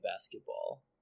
basketball